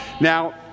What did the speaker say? Now